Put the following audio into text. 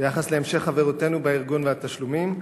ביחס להמשך חברותנו בארגון והתשלומים?